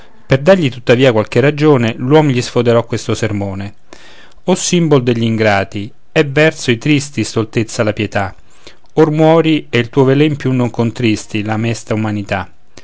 per dargli tuttavia qualche ragione l'uomo gli sfoderò questo sermone o simbol degli ingrati è verso i tristi stoltezza la pietà or muori e il tuo velen più non contristi la mesta umanità